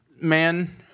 man